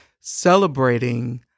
celebrating